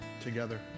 together